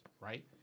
right